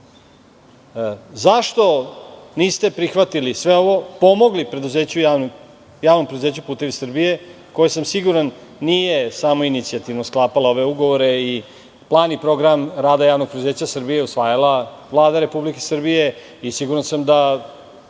niste prihvatili sve ovo, pomogli Javnom preduzeću "Putevi Srbije", koje sam siguran nije samoinicijativno sklapala ove ugovore i plan i program rada javnog preduzeća Srbije, usvajala je Vlada Republike Srbije i siguran sam da